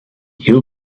you